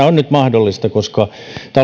on nyt mahdollista koska